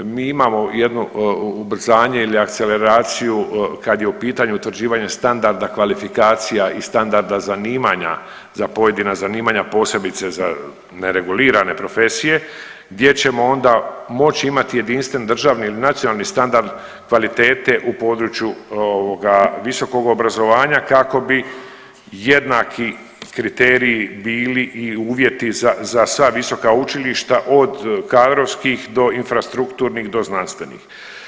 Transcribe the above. Mi imamo jedno ubrzanje ili akceleraciju kad je u pitanju utvrđivanje standarda kvalifikacija i standarda zanimanja za pojedina zanimanja posebice za neregulirane profesije, gdje ćemo onda moći imati jedinstven državni ili nacionalni standard kvalitete u području visokog obrazovanja kako bi jednaki kriteriji bili i uvjeti za sva visoka učilišta od kadrovskih do infrastrukturnih do znanstvenih.